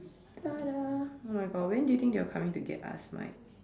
tada oh my God when do you think they will come in and get us Mike